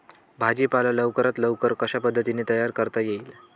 भाजी पाला लवकरात लवकर कशा पद्धतीने तयार करता येईल?